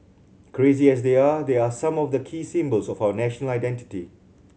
crazy as they are these are some of the key symbols of our national identity